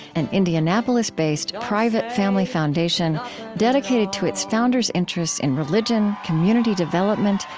an indianapolis-based, private family foundation dedicated to its founders' interests in religion, community development,